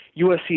USC